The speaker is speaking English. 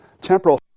Temporal